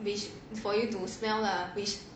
which for you to smell lah which